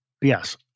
Yes